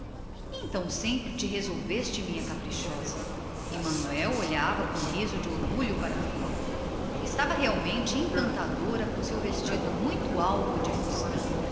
então sempre te resolveste minha caprichosa disse o pai e contemplava a filha com um risinho de orgulho ela estava realmente boa com o seu vestido muito alvo de fustão